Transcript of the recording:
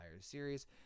series